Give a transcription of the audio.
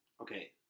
Okay